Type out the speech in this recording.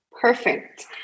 Perfect